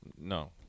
No